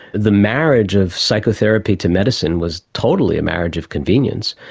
the marriage of psychotherapy to medicine was totally a marriage of convenience,